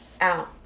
Out